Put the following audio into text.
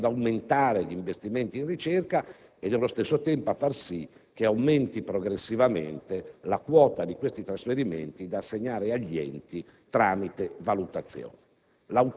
teso ad aumentare gli investimenti in ricerca e nello stesso tempo a far sì che aumenti progressivamente la quota dei trasferimenti da assegnare agli enti tramite valutazione.